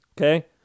okay